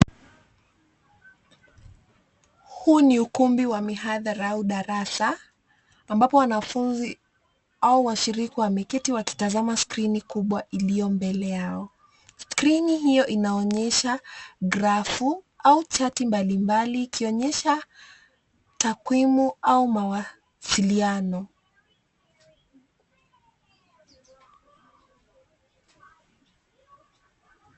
Huu ni ukumbi wa mihadhara au darasa ambapo wanfunzi au washirika wameketi wakitazama skrini kubwa iliyo mbele yao. Skrini hiyo inaonyesha grafu au chati mbalimbali ikionyesha takwimu au mawasiliano.